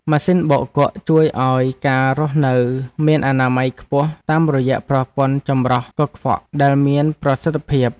ម៉ាស៊ីនបោកគក់ជួយឱ្យការរស់នៅមានអនាម័យខ្ពស់តាមរយៈប្រព័ន្ធចម្រោះកខ្វក់ដែលមានប្រសិទ្ធភាព។